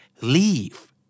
Leave